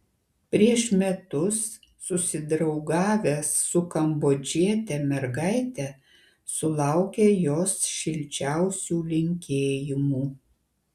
prieš metus susidraugavęs su kambodžiete mergaite sulaukė jos šilčiausių linkėjimų